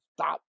stop